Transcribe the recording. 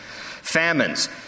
Famines